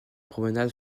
promenade